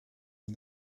and